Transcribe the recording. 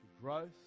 growth